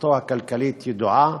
ותפיסתו הכלכלית ידועה,